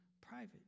private